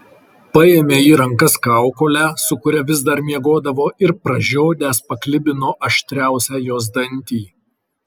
paėmė į rankas kaukolę su kuria vis dar miegodavo ir pražiodęs paklibino aštriausią jos dantį